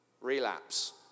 Relapse